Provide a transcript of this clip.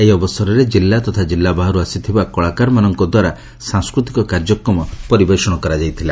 ଏହି ଅବସରରେ କିଲ୍ଲୁ ତଥା କିଲ୍ଲୁ ବାହାରୁ ଆସିଥିବା କଳାକାରମାନଙ୍କଦ୍ୱାରା ସାଂସ୍କୃତିକ କାର୍ଯ୍ୟକ୍ରମ ପରିବେଷଣ କରାଯାଇଥିଲା